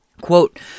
Quote